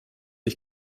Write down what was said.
ich